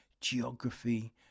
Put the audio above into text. geography